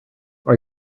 are